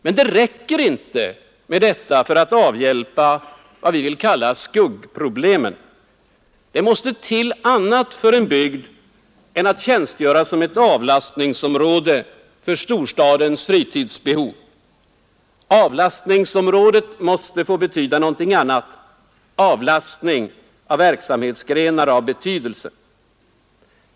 Men det räcker inte med detta för att avhjälpa vad vi vill kalla skuggproblemen. Det måste till annat för en bygd än att tjänstgöra som avlastningsområde för storstadens fritidsbehov. Avlastningsområdet måste få betyda någonting annat: avlastning av verksamhetsgrenar av betydelse.